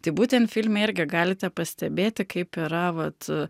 tai būtent filme irgi galite pastebėti kaip yra vat